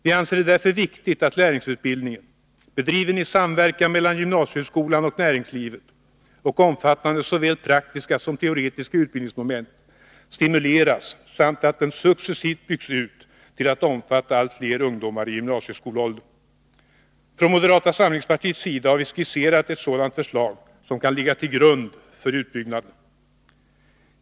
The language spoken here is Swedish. Vi anser det därför viktigt att lärlingsutbildning — bedriven i samverkan mellan gymnasieskolan och näringslivet och omfattande såväl praktiska som teoretiska utbildningsmoment — stimuleras samt att den successivt byggs ut till att omfatta allt fler ungdomar i gymnasieskolåldern. Från moderata samlingspartiets sida har vi skisserat ett sådant förslag, som kan ligga till grund för utbyggnaden.